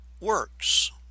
works